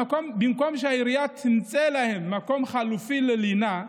במקום שהעירייה תמצא להם מקום חלופי ללינה,